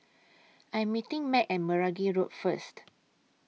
I Am meeting Mack At Meragi Road First